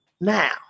now